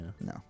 No